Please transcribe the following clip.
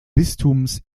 bistums